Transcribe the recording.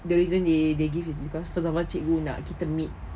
the reason they give is because sebab apa cikgu nak kita meet